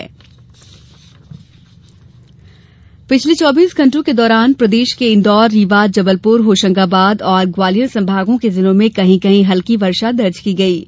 मौसम पिछले चौबीस घण्टों के दौरान प्रदेश के इंदौर रीवा जबलपुर होशंगाबाद और ग्वालियर संभागों के जिलों में कहीं कहीं हल्की वर्षा दर्ज की गई है